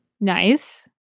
Nice